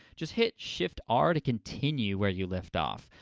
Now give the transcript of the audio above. just hit shift r to continue where you left off.